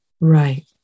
Right